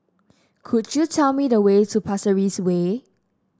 could you tell me the way to Pasir Ris Way